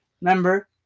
Remember